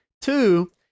Two